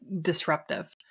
disruptive